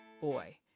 Boy